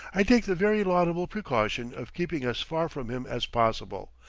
i take the very laudable precaution of keeping as far from him as possible,